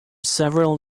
several